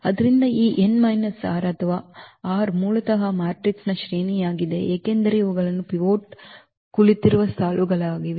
ಆದ್ದರಿಂದ ಈ n minus r ಅಥವಾ ಈ r ಮೂಲತಃ ಮ್ಯಾಟ್ರಿಕ್ಸ್ನ ಶ್ರೇಣಿಯಾಗಿದೆ ಏಕೆಂದರೆ ಇವುಗಳು ಪಿವೋಟ್ ಕುಳಿತಿರುವ ಸಾಲುಗಳಾಗಿವೆ